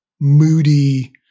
Moody